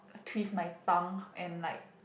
twist my tongue and like